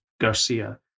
Garcia